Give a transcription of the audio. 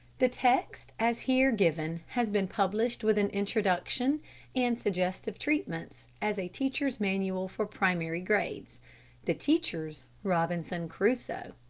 the text as here given has been published with an introduction and suggestive treatments as a teacher's manual for primary grades the teacher's robinson crusoe.